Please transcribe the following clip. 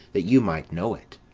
that you might know it.